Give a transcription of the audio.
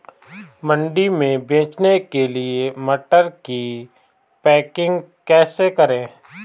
मंडी में बेचने के लिए मटर की पैकेजिंग कैसे करें?